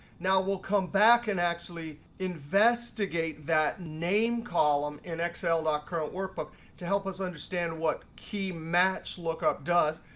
now we'll come back and actually investigate that name column in excel dot current workbook to help us understand what key match lookup does.